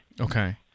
Okay